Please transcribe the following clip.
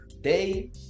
day